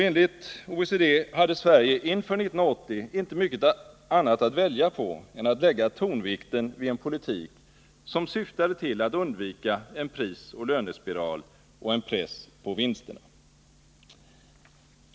Enligt OECD hade Sverige inför 1980 inte mycket annat att välja på än att lägga tyngdpunkten vid en politik som syftar till att undvika en prisoch lönespiral samt lägga en press på vinsterna.